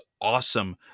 awesome